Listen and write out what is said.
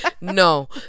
No